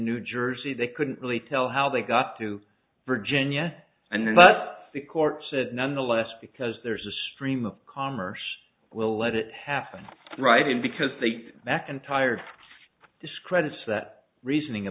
new jersey they couldn't really tell how they got to virginia and then but the court said nonetheless because there's a stream of commerce we'll let it happen right in because the back and tired discredits that reasoning a